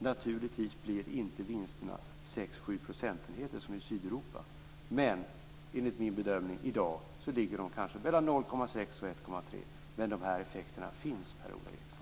Naturligtvis blir inte vinsterna sex sju procentenheter som i Sydeuropa, men enligt min bedömning i dag ligger de kanske mellan 0,6 % och 1,3 %. De här effekterna finns, Per-Ola Eriksson!